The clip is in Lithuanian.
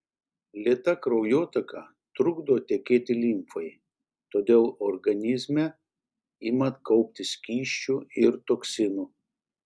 lėta kraujotaka trukdo tekėti limfai todėl organizme ima kauptis skysčių ir toksinų